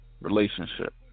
relationship